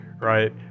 right